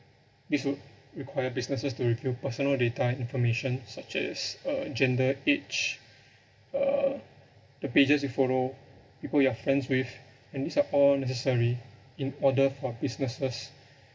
busi~ require businesses to reveal personal data and information such as uh gender age uh the pages you follow people you are friends with and these are all necessary in order for businesses